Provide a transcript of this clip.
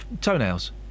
Toenails